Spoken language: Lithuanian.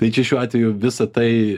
tai čia šiuo atveju visa tai